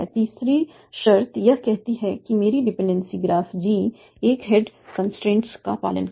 तीसरी शर्त यह कहती है कि मेरी डिपेंडेंसी ग्राफ g एक हेड कंस्ट्रेंट का पालन करे